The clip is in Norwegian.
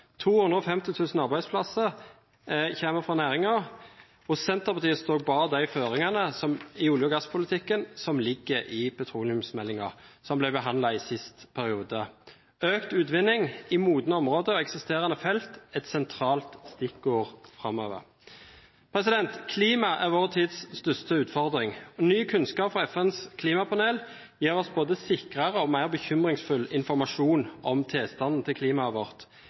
000 arbeidsplasser kommer fra næringen, og Senterpartiet står bak de føringene i olje- og gasspolitikken som ligger i petroleumsmeldingen som ble behandlet i forrige periode. Økt utvinning i modne områder og i eksisterende felt er et sentralt stikkord framover. Klima er vår tids største utfordring. Ny kunnskap fra FNs klimapanel gir oss både sikrere og mer bekymringsfull informasjon om tilstanden til klimaet vårt.